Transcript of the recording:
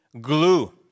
glue